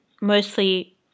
mostly